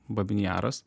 babyn jaras